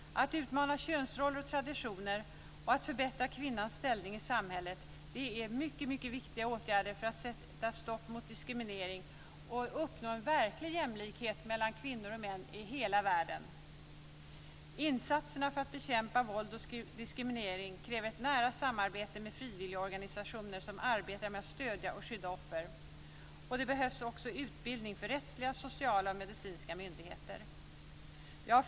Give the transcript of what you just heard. Att utmana könsroller och traditioner och att förbättra kvinnans ställning i samhället är mycket viktiga åtgärder för att man ska kunna sätta stopp för diskriminering och uppnå en verklig jämlikhet mellan kvinnor och män i hela världen. Insatserna för att bekämpa våld och diskriminering kräver ett nära samarbete med frivilligorganisationer som arbetar med att stödja och skydda offer. Det behövs också utbildning för de anställda på rättsliga, sociala och medicinska myndigheter. Fru talman!